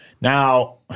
now